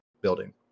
building